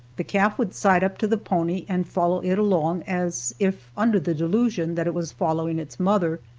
the calf would side up to the pony and follow it along as if under the delusion that it was following its mother.